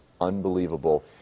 unbelievable